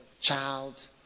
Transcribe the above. child